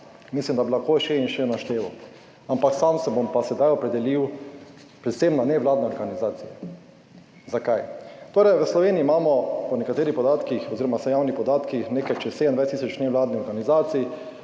Mislim, da bi lahko še in še našteval, ampak sam se bom pa sedaj opredelil predvsem na nevladne organizacije. Zakaj? Torej, v Sloveniji imamo po nekaterih podatkih oziroma vsaj javnih podatkih, nekaj čez 27 tisoč nevladnih organizacij,